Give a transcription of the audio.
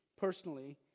personally